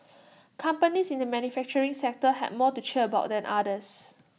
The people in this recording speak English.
companies in the manufacturing sector had more to cheer about than others